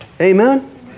Amen